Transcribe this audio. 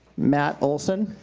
matt olson.